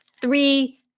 three